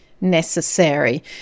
necessary